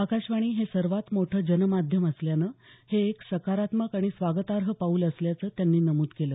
आकाशवाणी हे सर्वात मोठं जनमाध्यम असल्यानं हे एक सकारात्मक आणि स्वागतार्ह पाऊल असल्याचं त्यांनी नमूद केलं